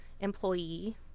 employee